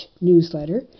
newsletter